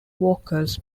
vocals